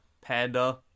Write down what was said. Panda